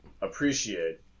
appreciate